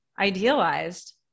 idealized